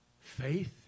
faith